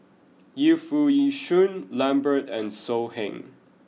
Yu Foo Yee Shoon Lambert and So Heng